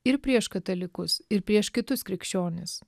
ir prieš katalikus ir prieš kitus krikščionis